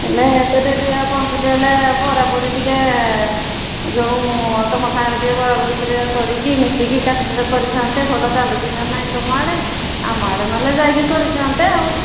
ହେଲେ ଏତେ ଡେରିରେ ପହଞ୍ଚିଲି ହେଲେ ବରା ବରି ଟିକେ ଯୋଉ ତୁମ ସାଙ୍ଗରେ ଟିକେ ବରା ବରି କରି କରିକି ମିଶିକି କାଟ ସାଟ କରିଥାନ୍ତେ ଭଲ ଚାଲୁଛି ନା ନାଇଁ ତୁମ ଆଡ଼େ ଆମ ଆଡ଼େ ନହେଲେ ଯାଇକି କରିଥାନ୍ତେ ଆଉ